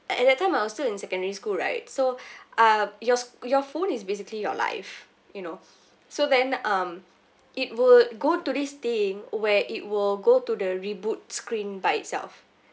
at that time I was still in secondary school right so uh yours your phone is basically your life you know so then um it will go to this thing where it will go to the reboot screen by itself